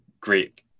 great